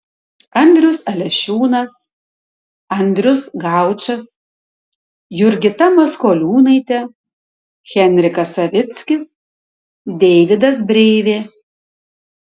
andrius alešiūnas andrius gaučas jurgita maskoliūnaitė henrikas savickis deividas breivė